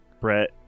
Brett